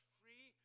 free